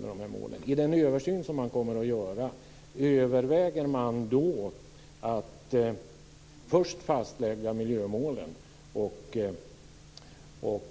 Överväger man i den översyn som man kommer att göra att först fastlägga miljömålen och